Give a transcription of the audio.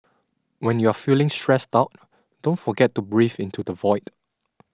when you are feeling stressed out don't forget to breathe into the void